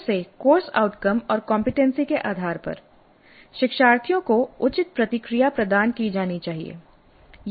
फिर से course outcome और कमपेटेंसी के आधार पर शिक्षार्थियों को उचित प्रतिक्रिया प्रदान की जानी चाहिए